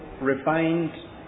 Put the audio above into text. refined